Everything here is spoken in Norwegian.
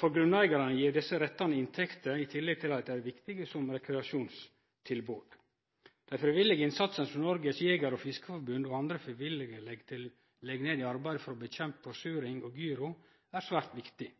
For grunneigarane gjev desse rettane inntekter, i tillegg til at dei er viktige som rekreasjonstilbod. Den frivillige innsatsen som Norges Jeger- og Fiskerforbund og andre frivillige legg ned i arbeidet for å bekjempe forsuring og gyro, er svært viktig.